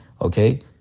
okay